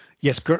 Yes